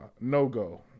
no-go